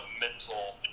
mental